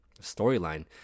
storyline